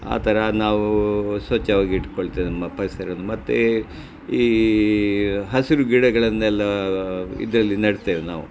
ಆ ಥರ ನಾವು ಸ್ವಚ್ಛವಾಗಿ ಇಟ್ಕೊಳ್ತೇವೆ ನಮ್ಮ ಪರಿಸರವನ್ನು ಮತ್ತೆ ಈ ಹಸಿರು ಗಿಡಗಳನ್ನೆಲ್ಲ ಇದರಲ್ಲಿ ನೆಡ್ತೇವೆ ನಾವು